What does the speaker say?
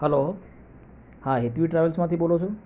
hello હા હેતવી ટ્રાવેલ્સમાંથી બોલો છો